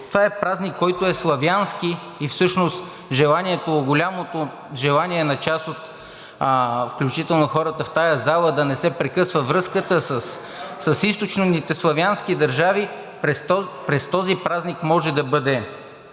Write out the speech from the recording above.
Това е празник, който е славянски, и всъщност голямото желание на част, включително хората в тази зала да не се прекъсва връзката с източните славянски държави през този празник може да бъде